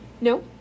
No